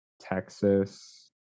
Texas